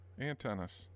antennas